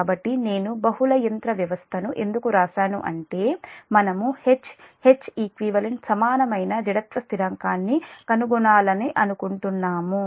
కాబట్టి నేను బహుళ యంత్ర వ్యవస్థను ఎందుకు వ్రాశాను అంటే మనము H Heq సమానమైన జడత్వ స్థిరాంకాన్ని కనుగొనాలనుకుంటున్నాము